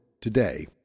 today